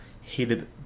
Hated